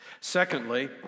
Secondly